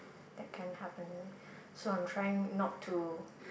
that can happen so I am trying not to